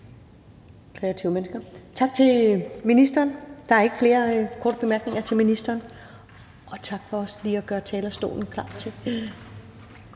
Tak til ministeren. Der er ikke flere korte bemærkninger til ministeren, og også tak for lige at gøre talerstolen klar til